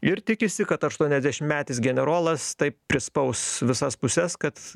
ir tikisi kad aštuoniasdešimmetis generolas taip prispaus visas puses kad